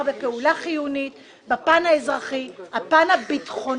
בפעולה חיונית בפן האזרחי והביטחוני.